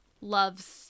loves